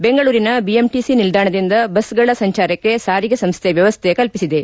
ಬೆಂಗಳೂರಿನ ಬಿಎಂಟಿಸಿ ನಿಲ್ಲಾಣದಿಂದ ಬಸ್ಗಳ ಸಂಚಾರಕ್ಕೆ ಸಾರಿಗೆ ಸಂಸ್ಥೆ ವ್ಯವಸ್ಥೆ ಕಲ್ಪಿಸಿದೆ